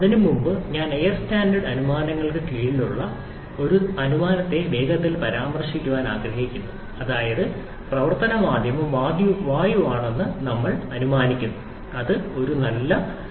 എന്നാൽ അതിനുമുമ്പ് ഞാൻ എയർ സ്റ്റാൻഡേർഡ് അനുമാനങ്ങൾക്ക് കീഴിലുള്ള ഒരു അനുമാനത്തെ വേഗത്തിൽ പരാമർശിക്കാൻ ആഗ്രഹിക്കുന്നു അതായത് പ്രവർത്തന മാധ്യമം വായുവാണെന്ന് നമ്മൾ അനുമാനിക്കുന്നു അത് ഒരു അനുയോജ്യമായ വാതകമായി കണക്കാക്കപ്പെടുന്നു